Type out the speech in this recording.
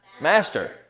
Master